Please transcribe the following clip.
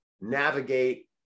navigate